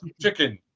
chicken